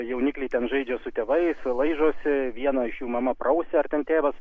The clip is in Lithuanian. jaunikliai ten žaidžia su tėvais laižosi vieną iš jų mama prausia ar ten tėvas